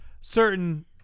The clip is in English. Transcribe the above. certain